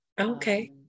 Okay